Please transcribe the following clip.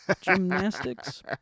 gymnastics